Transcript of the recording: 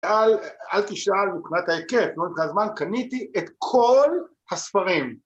אל תשאל מבחינת היקף, בזמן קניתי את כל הספרים.